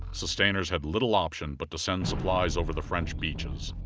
sustainers had little option but to send supplies over the french beaches.